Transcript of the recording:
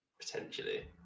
Potentially